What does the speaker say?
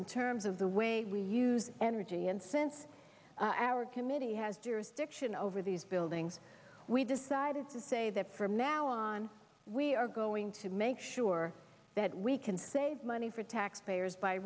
in terms of the way we use energy and since our committee has jurisdiction over these buildings we decided to say that from now on we are going to make sure that we can save money for taxpayers by